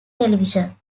television